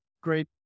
great